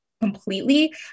completely